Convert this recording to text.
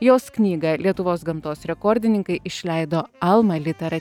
jos knygą lietuvos gamtos rekordininkai išleido alma littera